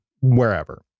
wherever